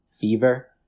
fever